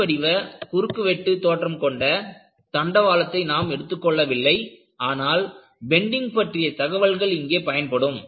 "I" வடிவ குறுக்குவெட்டு தோற்றம் கொண்ட தண்டவாளத்தை நாம் எடுத்துக் கொள்ளவில்லை ஆனால் பெண்டிங் பற்றிய தகவல்கள் இங்கே பயன்படும்